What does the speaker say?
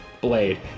blade